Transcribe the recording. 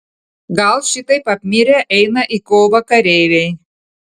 gal šitaip apmirę eina į kovą kareiviai